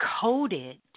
coded